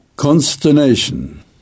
consternation